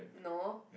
no